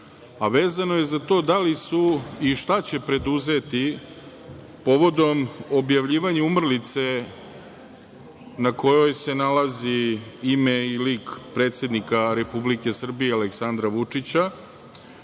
a vezano je za to da li su i šta će preduzeti povodom objavljivanja umrlice na kojoj se nalazi ime i lik predsednika Republike Srbije Aleksandra Vučića,